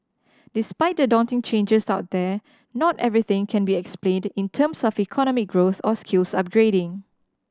despite the daunting changes out there not everything can be explained in terms of economic growth or skills upgrading